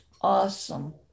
awesome